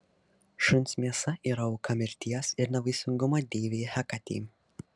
šuns mėsa yra auka mirties ir nevaisingumo deivei hekatei